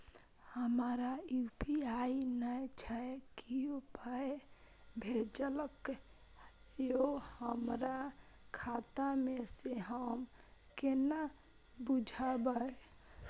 हमरा यू.पी.आई नय छै कियो पाय भेजलक यै हमरा खाता मे से हम केना बुझबै?